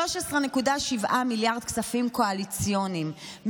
13.7 מיליארד שקלים כספים קואליציוניים,